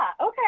okay